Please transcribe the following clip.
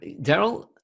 Daryl